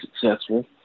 successful